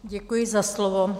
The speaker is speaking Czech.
Děkuji za slovo.